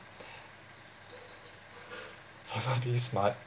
of what being smart